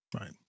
Right